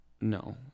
No